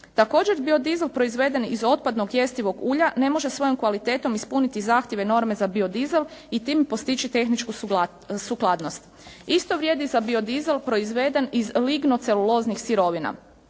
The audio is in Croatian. Također biodizel proizveden iz otpadnog jestivog ulja ne može svojom kvalitetom ispuniti zahtjeve norme za biodizel i time postići tehničku sukladnost. Isto vrijedi za biodizel proizveden iz lignoceluloznih sirovina.